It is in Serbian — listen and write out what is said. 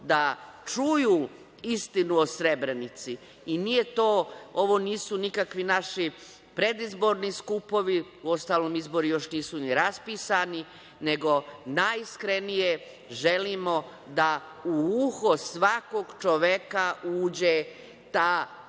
da čuju istinu o Srebrenici. Ovo nisu nikakvi naši predizborni skupovi, uostalom izbori još nisu ni raspisani, nego najiskrenije želimo da u uho svakog čoveka uđe ta sintagma